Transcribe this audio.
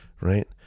Right